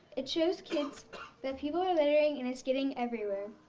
it shows kids that people are littering and it's getting everywhere.